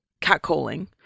Catcalling